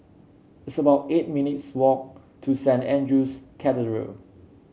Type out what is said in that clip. it's about eight minutes walk to Saint Andrew's Cathedral